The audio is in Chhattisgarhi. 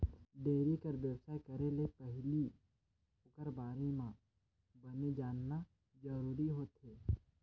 डेयरी कर बेवसाय करे ले पहिली ओखर बारे म बने जानना जरूरी होथे